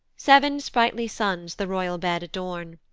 seven sprightly sons the royal bed adorn,